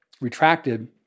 retracted